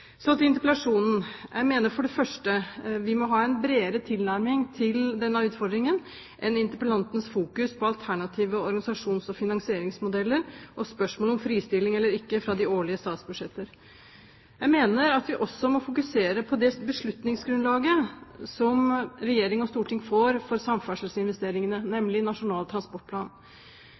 Så til interpellasjonen. Jeg mener for det første at vi må ha en bredere tilnærming til denne utfordringen enn interpellantens fokus på alternative organisasjons- og finansieringsmodeller og spørsmålet om fristilling eller ikke fra de årlige statsbudsjetter. Jeg mener at vi også må fokusere på det beslutningsgrunnlaget som regjering og storting får for samferdselsinvesteringene, nemlig Nasjonal transportplan.